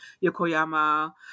Yokoyama